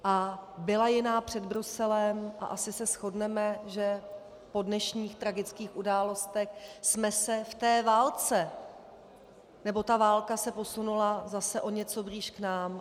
A byla jiná před Bruselem a asi se shodneme, že po dnešních tragických událostech jsme se v té válce, nebo ta válka se posunula zase o něco blíž k nám.